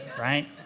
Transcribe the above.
Right